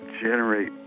generate